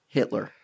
Hitler